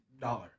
dollar